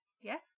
Yes